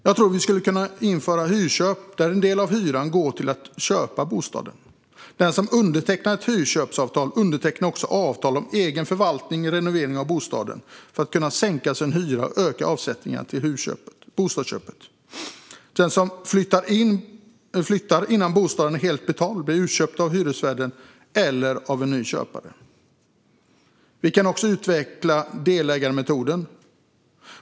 Jag tror att vi skulle kunna införa hyrköp, där en del av hyran går till att köpa bostaden. Den som undertecknar ett hyrköpsavtal undertecknar också avtal om egen förvaltning och renovering av bostaden för att kunna sänka sin hyra och öka avsättningarna till bostadsköpet. Den som flyttar innan bostaden är helt betald blir utköpt av hyresvärden eller av en ny köpare. Vi kan också utveckla delägarmetoden.